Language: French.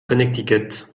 connecticut